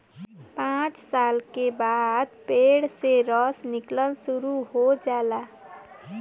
पांच साल के बाद पेड़ से रस निकलल शुरू हो जाला